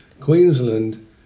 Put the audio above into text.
Queensland